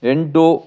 ಎಂಟು